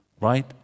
Right